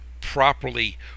properly